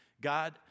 God